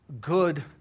good